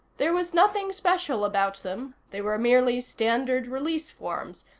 there was nothing special about them they were merely standard release forms,